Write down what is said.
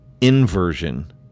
inversion